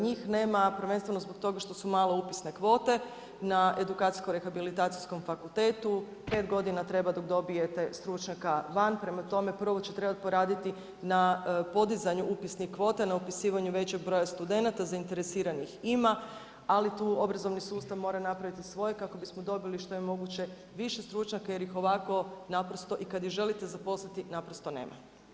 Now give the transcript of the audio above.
Njih nema prvenstveno zbog toga što su male upisne kvote na Edukacijsko-rehabilitacijskom fakultetu, 5 godina treba dok dobijete stručnjaka van, prema tome prvo će trebati poraditi na podizanju upisnih kvota na upisivanju većeg broja studenata, zainteresiranih ima, ali tu obrazovni sustav mora napraviti svoje kako bismo dobili što je moguće više stručnjaka jer i ovako naprosto i kad ih želite zaposliti, naprosto nema.